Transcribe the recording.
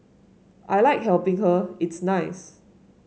I like helping her it's nice